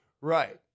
Right